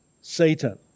Satan